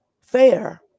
fair